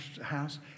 house